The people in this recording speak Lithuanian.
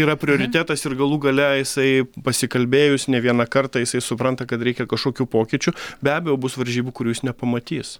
yra prioritetas ir galų gale jisai pasikalbėjus ne vieną kartą jisai supranta kad reikia kažkokių pokyčių be abejo bus varžybų kurių jis nepamatys